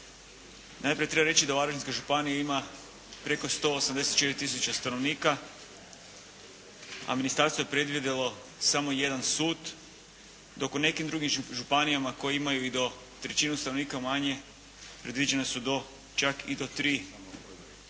Najprije treba reći da u Varaždinskoj županiji ima preko 184 tisuće stanovnika a ministarstvo je predvidjelo samo jedan sud dok u nekim drugim županijama koje imaju i do trećinu stanovnika manje predviđene su čak i do tri